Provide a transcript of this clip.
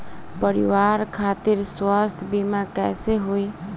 परिवार खातिर स्वास्थ्य बीमा कैसे होई?